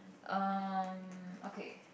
um okay